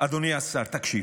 אדוני השר, תקשיב.